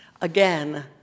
Again